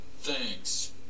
Thanks